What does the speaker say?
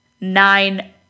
nine